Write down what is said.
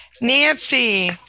Nancy